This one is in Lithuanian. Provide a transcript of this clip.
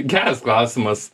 geras klausimas